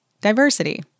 diversity